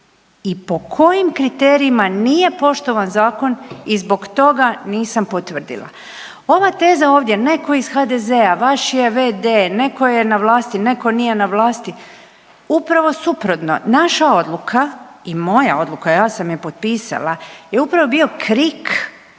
i po kojim kriterijima nije poštovan zakon i zbog toga nisam potvrdila. Ova teza ovdje, neko iz HDZ-a vaš je v.d., neko je na vlasti, neko nije na vlasti. Upravo suprotno, naša odluka i moja odluka, ja sam je potpisala je upravo bio krik